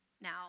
now